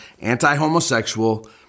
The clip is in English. anti-homosexual